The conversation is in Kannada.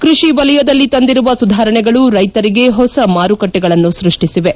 ಕೃಷಿ ವಲಯದಲ್ಲಿ ತಂದಿರುವ ಸುಧಾರಣೆಗಳು ರೈತರಿಗೆ ಹೊಸ ಮಾರುಕಟ್ಟೆಗಳನ್ನು ಸೃಷ್ಟಿಸಿವೆ